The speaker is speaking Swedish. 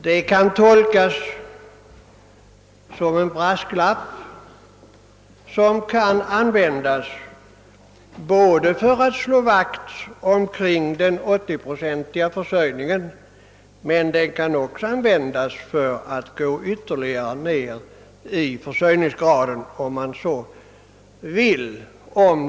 Detta kan ses som en brasklapp, som kan användas för att slå vakt om den 80-procentiga försörjningen men också för att ytterligare gå ned i försörjningsgrad. Herr talman!